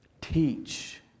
teach